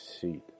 seat